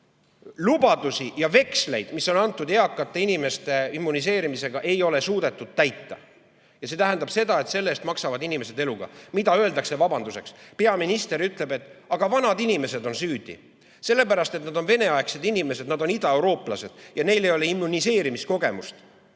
Lubadusi ja veksleid, mis on antud eakate inimeste immuniseerimiseks, ei ole suudetud täita. Ja see tähendab seda, et selle eest maksavad inimesed eluga. Mida öeldakse vabanduseks? Peaminister ütleb, et aga vanad inimesed on süüdi. Sellepärast et nad on Vene-aegsed inimesed, nad on idaeurooplased ja neil ei ole immuniseerimiskogemust.